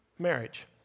marriage